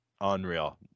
unreal